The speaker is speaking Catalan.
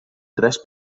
tres